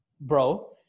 bro